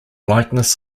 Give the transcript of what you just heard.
likeness